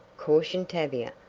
cautioned tavia.